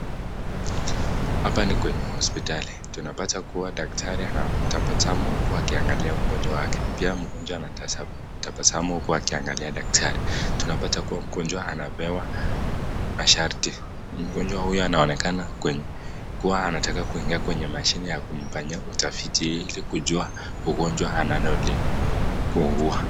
Hapa ni kwenye hospitali. Tunapata kuwa daktari anatapata mkuu akiangalia mgonjwa wake. Pia mgonjwa anatapata mkuu akiangalia daktari. Tunapata kuwa mgonjwa anapewa masharti. Mgonjwa huyu anaonekana kuwa anataka kuingia kwenye mashini ya kumfanya utafiti ili kujua ugonjwa ananuli kuugua.